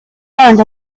learned